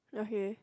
okay